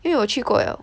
因为我去过了